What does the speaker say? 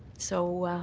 so